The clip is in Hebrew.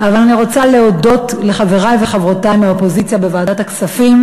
אבל אני רוצה להודות לחברי וחברותי מהאופוזיציה בוועדת הכספים,